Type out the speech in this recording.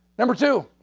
number two.